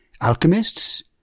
alchemists